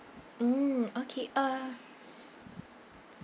mm okay uh